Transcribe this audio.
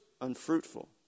unfruitful